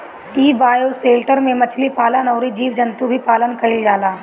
इ बायोशेल्टर में मछली पालन अउरी जीव जंतु के भी पालन कईल जाला